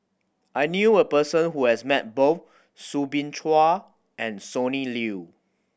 I knew a person who has met both Soo Bin Chua and Sonny Liew